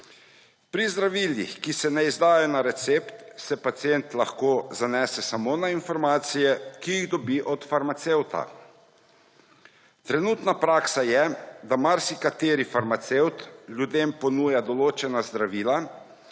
Pri zdravilih, ki se ne izdajajo na recept, se pacient lahko zanese samo na informacije, ki jih dobi od farmacevta. Trenutna praksa je, da marsikateri farmacevt ljudem ponuja določena zdravila,